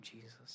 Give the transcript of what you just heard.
Jesus